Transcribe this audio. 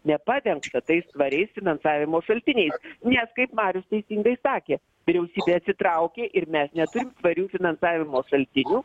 nepadengta tais tvariais finansavimo šaltiniais nes kaip marius teisingai sakė vyriausybė atsitraukė ir mes neturim svarių finansavimo šaltinių